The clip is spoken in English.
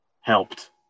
helped